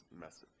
message